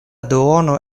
duono